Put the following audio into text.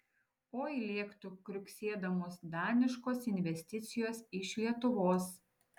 oi lėktų kriuksėdamos daniškos investicijos iš lietuvos